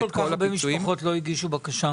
למה כל כך הרבה משפחות לא הגישו בקשה?